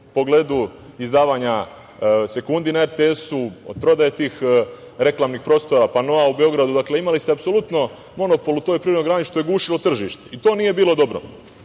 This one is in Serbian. pogledu izdavanja sekundi na RTS-u, od prodaje tih reklamnih prostora, panoa u Beogradu. Imali ste apsolutno monopol u toj privrednoj grani, što je gušilo tržište, i to nije bilo